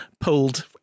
pulled